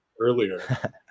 earlier